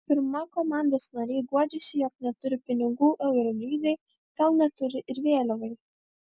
pirma komandos nariai guodžiasi jog neturi pinigų eurolygai gal neturi ir vėliavai